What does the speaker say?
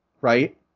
Right